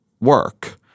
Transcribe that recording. work